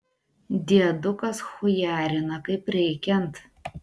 diedukas chujarina kaip reikiant